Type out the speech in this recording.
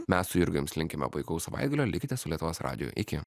mes su jurga jums linkime puikaus savaitgalio likite su lietuvos radiju iki